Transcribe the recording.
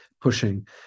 pushing